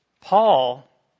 Paul